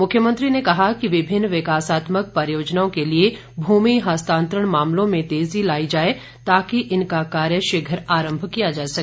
मुख्यमंत्री ने कहा कि विभिन्न विकासात्मक परियोजनाओं के लिए भूमि हस्तांतरण मामलों में तेजी लाई जाए ताकि इनका कार्य शीघ्र आरम्भ किया जा सके